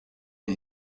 man